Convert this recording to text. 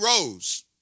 rose